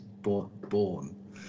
born